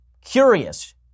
curious